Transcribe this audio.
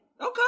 okay